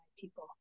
people